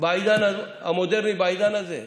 בעידן המודרני, בעידן הזה.